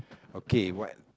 okay what